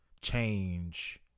change